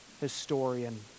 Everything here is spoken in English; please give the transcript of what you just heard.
historian